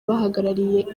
bahagarariye